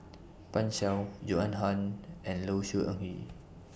Pan Shou Joan Hon and Low Siew Nghee